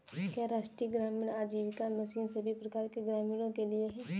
क्या राष्ट्रीय ग्रामीण आजीविका मिशन सभी प्रकार के ग्रामीणों के लिए है?